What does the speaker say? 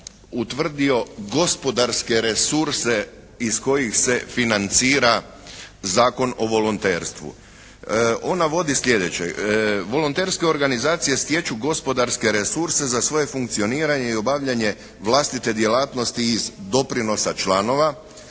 utvrdio gospodarske resurse iz kojih se financira Zakon o volonterstvu. On navodi sljedeće: «Volonterske organizacije stječu gospodarske resurse za svoje funkcioniranje i obavljanje vlastite djelatnosti iz doprinosa članova,